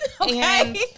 okay